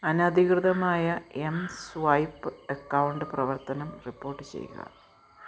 അനധികൃതമായ M swipe account പ്രവർത്തനം report ചെയ്യുക